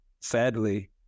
Sadly